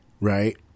right